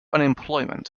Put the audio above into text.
unemployment